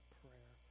prayer